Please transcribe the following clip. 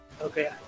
Okay